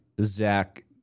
Zach